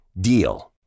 DEAL